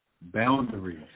boundaries